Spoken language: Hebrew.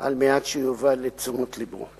על מנת שיביא אותן לתשומת לבו.